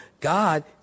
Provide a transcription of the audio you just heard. God